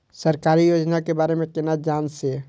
सरकारी योजना के बारे में केना जान से?